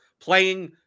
playing